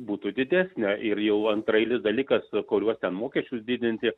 būtų didesnę ir jau antraeilis dalykas kuriuo ten mokesčius didinti